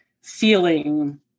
feeling